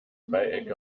dreiecke